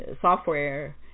software